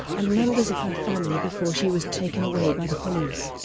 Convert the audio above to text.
and members of her family before she was taken away by the police.